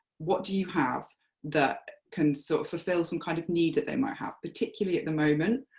what do you have that can so fulfil some kind of need that they might have, particularly at the moment,